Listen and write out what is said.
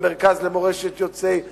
ומרכז למורשת יוצאי מרוקו,